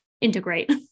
integrate